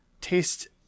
taste